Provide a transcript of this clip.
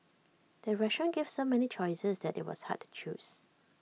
the restaurant gave so many choices that IT was hard to choose